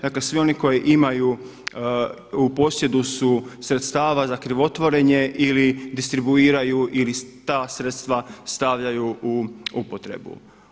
Dakle, svi oni koji imaju, u posjedu su sredstava za krivotvorenje ili distribuiraju ili ta sredstva stavljaju upotrebu.